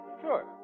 sure